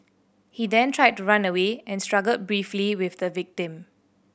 he then tried to run away and struggled briefly with the victim